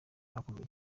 zakunzwe